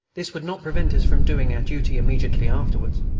this would not prevent us from doing our duty immediately afterwards.